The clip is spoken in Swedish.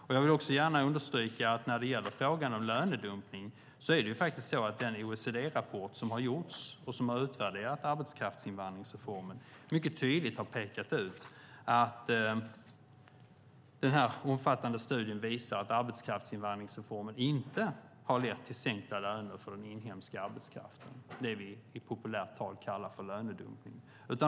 Jag vill också gärna understryka att när det gäller frågan om lönedumpning är det faktiskt så att den OECD-rapport som har gjorts mycket tydligt har pekat ut att den omfattande studien där man har utvärderat arbetskraftsinvandringsreformen visar att den inte har lett till sänkta löner för den inhemska arbetskraften, det vi i populärt tal kallar för lönedumpning.